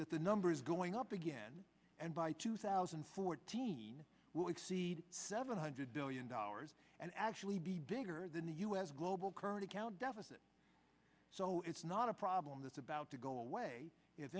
that the number is going up again and by two thousand and fourteen will exceed seven hundred billion dollars and actually be bigger than the u s global current account deficit so it's not a problem that's about to go away if